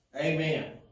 Amen